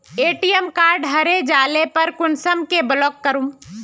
ATM card हरे जाले पर कुंसम के ब्लॉक करूम?